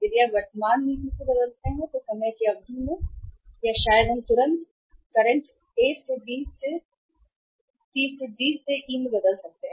यदि आप वर्तमान से नीति बदलते हैं तो समय की अवधि में या शायद तुरंत हम वर्तमान से ए से बी से सी से डी से ई में बदल सकते हैं